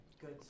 good